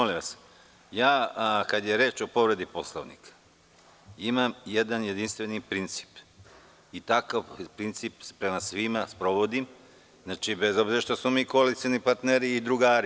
Kada je reč o povredi Poslovnika imam jedan jedinstveni princip i takav princip prema svima sprovodim, bez obzira što smo koalicioni partneri i drugari.